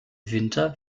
winter